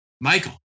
Michael